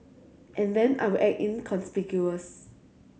and then I will act inconspicuous